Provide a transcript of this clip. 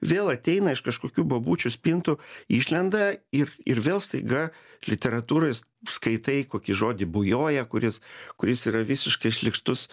vėl ateina iš kažkokių bobučių spintų išlenda ir ir vėl staiga literatūroj skaitai kokį žodį bujoja kuris kuris yra visiškai šlykštus